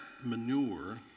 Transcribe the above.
manure